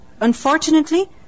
Unfortunately